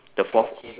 the fourth